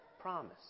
promise